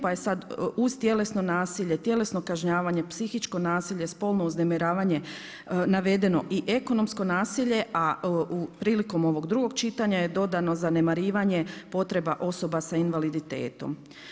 Pa je sada uz tjelesno nasilje, tjelesno kažnjavanje, psihičko nasilje, spolno uznemiravanje navedeno i ekonomsko nasilje a prilikom ovog drugog čitanja je dodano zanemarivanje potreba osoba sa invaliditetom.